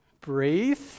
Breathe